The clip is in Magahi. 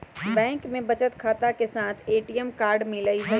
बैंक में बचत खाता के साथ ए.टी.एम कार्ड मिला हई